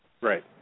right